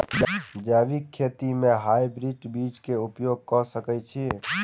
जैविक खेती म हायब्रिडस बीज कऽ उपयोग कऽ सकैय छी?